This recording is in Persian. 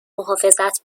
محافظت